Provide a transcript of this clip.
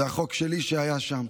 זה החוק שלי שהיה שם.